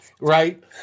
right